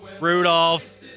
Rudolph